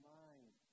mind